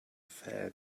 fair